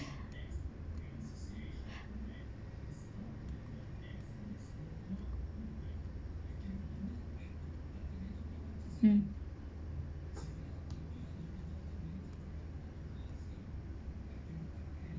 mm